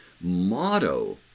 motto